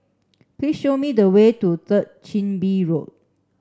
please show me the way to Third Chin Bee Road